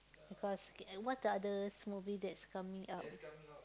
because what's the others movie that's coming out